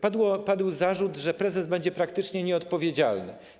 Padł zarzut, że prezes będzie praktycznie nieodpowiedzialny.